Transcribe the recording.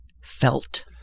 felt